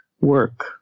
work